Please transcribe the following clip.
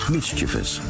Mischievous